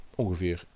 ongeveer